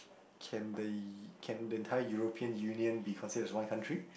can they can the entire European Union be considered as one country